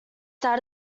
that